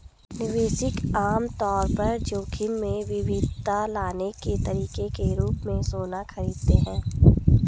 निवेशक आम तौर पर जोखिम में विविधता लाने के तरीके के रूप में सोना खरीदते हैं